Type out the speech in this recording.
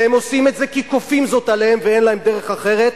והם עושים את זה כי כופים זאת עליהם ואין להם דרך אחרת,